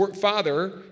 father